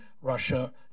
Russia